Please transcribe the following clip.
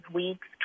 weeks